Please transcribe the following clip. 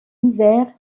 hiver